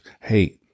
hey